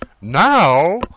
Now